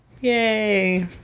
Yay